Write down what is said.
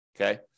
okay